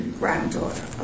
granddaughter